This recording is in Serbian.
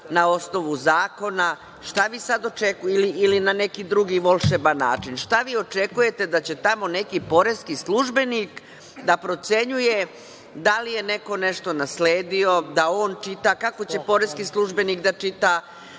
na osnovu zakona ili na neki drugi volšeban način. Šta vi očekujte, da će tamo neki poreski službenik da procenjuje da li je neko nešto nasledio, da on čita, kako će poreski službenik da čita